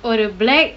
for the black